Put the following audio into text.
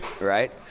right